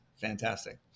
Fantastic